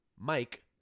mike